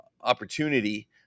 opportunity